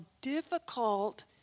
difficult